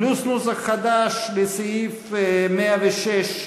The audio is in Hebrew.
פלוס נוסח חדש לסעיף 106,